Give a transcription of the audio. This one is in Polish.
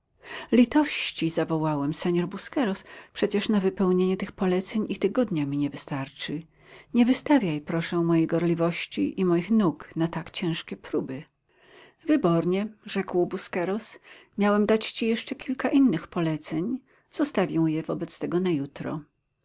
litości zawołałem senor busqueros przecież na wypełnienie tych poleceń i tygodnia mi nie wystarczy nie wystawiaj proszę mojej gorliwości i moich nóg na tak ciężkie próby wybornie rzekł busqueros miałem dać ci jeszcze kilka innych poleceń zostawię je wobec tego na jutro